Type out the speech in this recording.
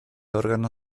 órgano